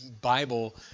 Bible